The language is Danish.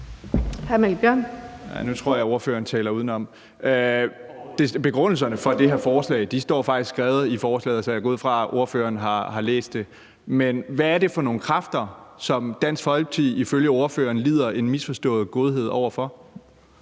Mikkel Bjørn (DF): Nu tror jeg, at ordføreren taler udenom. Begrundelserne for det her forslag står faktisk skrevet i forslaget, og jeg går ud fra, at ordføreren har læst det. Men hvad er det for nogle kræfter, som Dansk Folkeparti ifølge ordføreren lider af en misforstået godhed over for?